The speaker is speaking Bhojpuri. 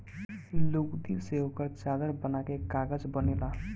लुगदी से ओकर चादर बना के कागज बनेला